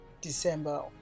December